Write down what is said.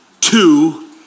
two